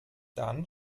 dann